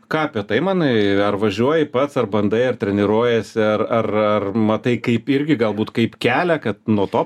ką apie tai manai ar važiuoji pats ar bandai ar treniruojiesi ar ar ar matai kaip irgi galbūt kaip kelią kad nuo to